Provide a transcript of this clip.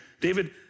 David